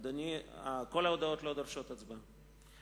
כל ההודעות לא דורשות הצבעה,